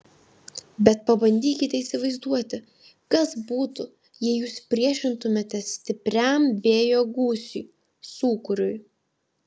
bet pabandykite įsivaizduoti kas būtų jei jūs priešintumėtės stipriam vėjo gūsiui sūkuriui